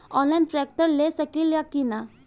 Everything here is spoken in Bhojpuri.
आनलाइन ट्रैक्टर ले सकीला कि न?